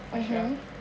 mmhmm